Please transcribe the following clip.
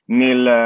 nel